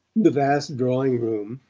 the vast drawing-room,